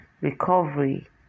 recovery